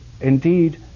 indeed